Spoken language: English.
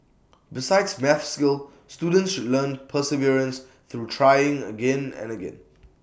besides maths skills students learn perseverance through trying again and again